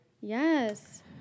Yes